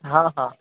हां हां